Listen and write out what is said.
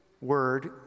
word